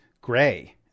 gray